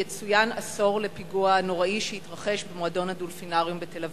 יצוין עשור לפיגוע הנוראי שהתרחש במועדון ב"דולפינריום" בתל-אביב.